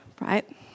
right